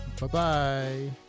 Bye-bye